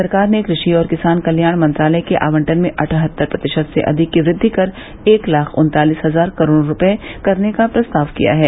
सरकार ने कृषि और किसान कल्याण मंत्रालय के आवंटन में अठहत्तर प्रतिशत से अधिक की वृद्धि कर एक लाख उन्तालिस हजार करोड़ रूपये करने का प्रस्ताव किया है